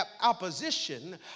opposition